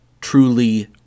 truly